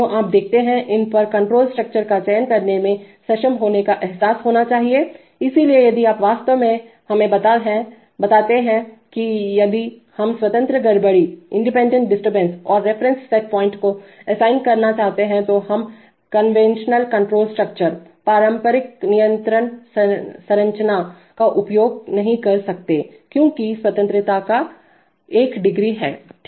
तो आप देखते हैं इन पर कंट्रोल स्ट्रक्चर का चयन करने में सक्षम होने का एहसास होना चाहिए इसलिए यदि आप वास्तव में हमें बताता है कि यदि हम स्वतंत्र गड़बड़ी इंडिपेंडेंट डिस्टरबेंसऔर रेफरेंस सेट पॉइंट को असाइन करना चाहते हैंतो हम कन्वेंशनल कंट्रोल स्ट्रक्चरपारंपरिक नियंत्रण संरचना का उपयोग नहीं कर सकते क्योंकि स्वतंत्रता का एक डिग्री है